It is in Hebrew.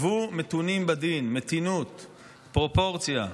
"הוו מתונים בדין" מתינות, פרופורציה.